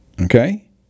Okay